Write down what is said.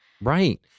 Right